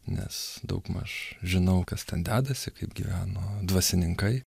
nes daugmaž žinau kas ten dedasi kaip gyveno dvasininkai